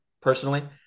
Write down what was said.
personally